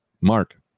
Mark